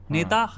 Neta